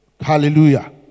Hallelujah